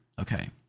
Okay